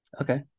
Okay